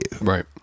Right